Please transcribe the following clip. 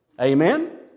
Amen